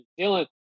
Dylan